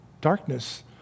darkness